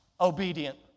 obedient